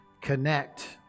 connect